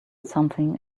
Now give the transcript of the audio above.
something